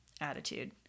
attitude